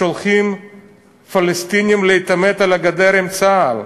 שולחים פלסטינים להתעמת על הגדר עם צה"ל.